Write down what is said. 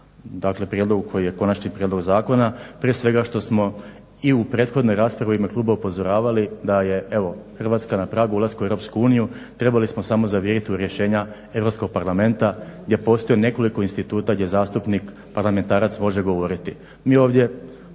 ovome prijedlogu koji je konačni prijedlog zakona prije svega što smo i u prethodnoj raspravi u ime kluba upozoravali da je evo Hrvatska na pragu ulaska u EU trebali smo samo zaviriti u rješenja Europskog parlamenta gdje postoji nekoliko instituta gdje zastupnik parlamentarac može govoriti.